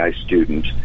student